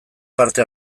parte